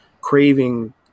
craving